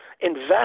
invest